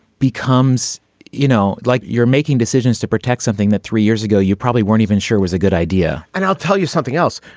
becomes you know like you're making decisions to protect something that three years ago you probably weren't even sure was a good idea and i'll tell you something else.